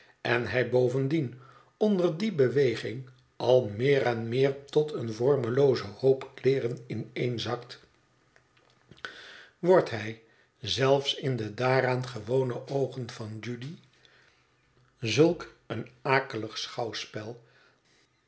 en hij bovendien onder diebeweging al méér en meer tot een vorm eloozen hoop kleeren ineenzakt wordt hij zelfs in de daaraan gewone oogen van judy zulk een akelig schouwspel